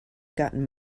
gotten